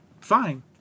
fine